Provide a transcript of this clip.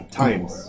times